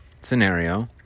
scenario